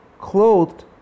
clothed